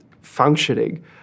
functioning